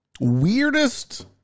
weirdest